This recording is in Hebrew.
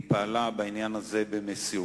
היא פעלה בעניין הזה במסירות,